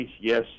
Yes